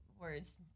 words